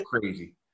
crazy